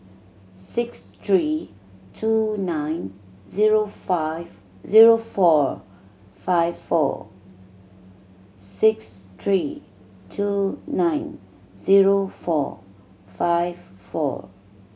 six three two nine zero five zero four five four six three two nine zero four five four